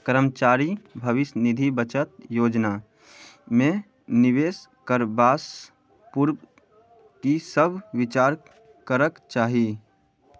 कर्मचारी भविष्य निधि बचत योजनामे निवेश करबासँ पूर्व की सभ विचार करक चाही